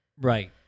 Right